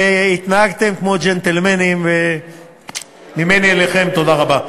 והתנהגתם כמו ג'נטלמנים, וממני אליכם, תודה רבה.